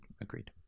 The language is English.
agreed